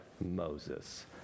Moses